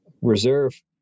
reserve